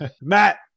Matt